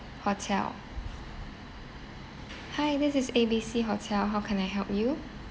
hotel hi this is A B C hotel how can I help you